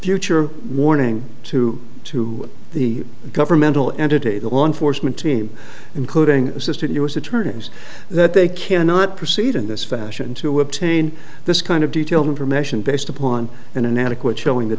future warning to to the governmental entity the law enforcement team including assistant u s attorneys that they cannot proceed in this fashion to obtain this kind of detailed information based upon an inadequate showing that